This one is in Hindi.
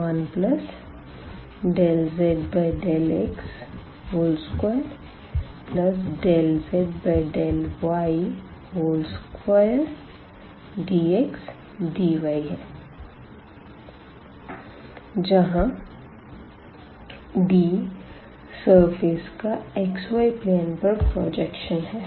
S∬D1∂z∂x2∂z∂y2dxdy जहाँ D सरफेस का xy प्लेन पर प्रजेक्शन है